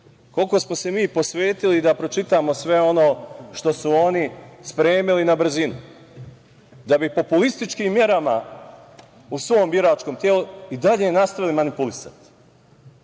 koliko smo se mi posvetili da pročitamo sve ono što su oni spremili na brzinu, da bi populističkim merama u svom biračkom telu i dalje nastavili da manipulišu. Ko